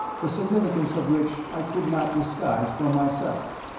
the significance of which i could not disguise from myself.